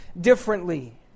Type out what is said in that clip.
differently